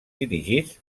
dirigits